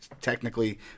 technically